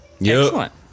Excellent